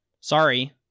Sorry